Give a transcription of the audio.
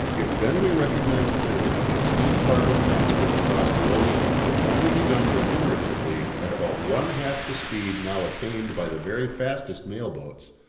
if then we recognise clearly that steam cargo transport across the ocean can only be done remuneratively at about one half the speed now attained by the very fastest mail-boats,